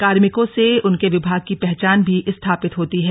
कार्मिकों से उनके विभाग की पहचान भी स्थापित होती है